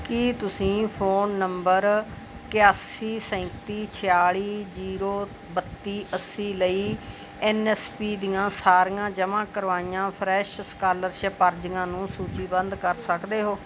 ਕੀ ਤੁਸੀਂ phone number ਇਕਾਸੀ ਸੈਂਤੀ ਛਿਆਲੀ ਜ਼ੀਰੋ ਬੱਤੀ ਅੱਸੀ ਲਈ ਐਨ ਐਸ ਪੀ ਦੀਆਂ ਸਾਰੀਆਂ ਜਮ੍ਹਾਂ ਕਰਵਾਈਆਂ ਫਰੈਸ਼ ਸਕਾਲਰਸ਼ਿਪ ਅਰਜ਼ੀਆਂ ਨੂੰ ਸੂਚੀਬੱਧ ਕਰ ਸਕਦੇ ਹੋ